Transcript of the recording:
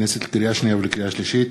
בחיבור למפלגת העבודה ולמרצ ולסיעות